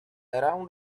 around